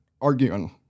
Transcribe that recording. arguing